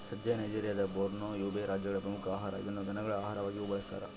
ಸಜ್ಜೆ ನೈಜೆರಿಯಾದ Borno, Yobe ರಾಜ್ಯಗಳ ಪ್ರಮುಖ ಆಹಾರ ಇದನ್ನು ದನಗಳ ಆಹಾರವಾಗಿಯೂ ಬಳಸ್ತಾರ